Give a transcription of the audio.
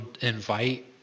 invite